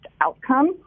outcome